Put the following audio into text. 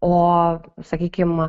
o sakykim